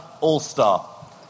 All-Star